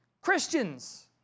Christians